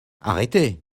arrêtez